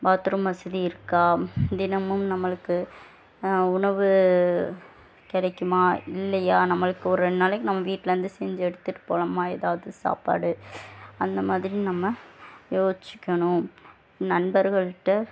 bathroom வசதி இருக்கா தினமும் நம்மளுக்கு உணவு கிடைக்குமா இல்லையா நம்மளுக்கு ஒரு ரெண்டு நாளைக்கு நம்ம வீட்டில் இருந்து செஞ்சு எடுத்துகிட்டு போகலாமா எதாவது சாப்பாடு அந்த மாதிரி நம்ம யோசிச்சுக்கணும் நண்பர்கள்ட்ட